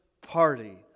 party